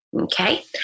okay